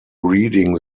reading